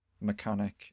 mechanic